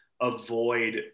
avoid